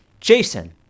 Jason